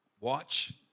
watch